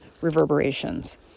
reverberations